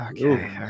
okay